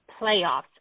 playoffs